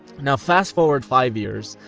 now fast forward five years,